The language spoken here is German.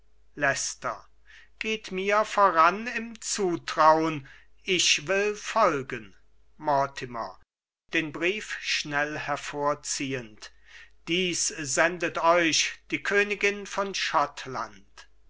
geht mir voran im zutraun ich will folgen mortimer den brief schnell hervorziehend dies sendet euch die königin von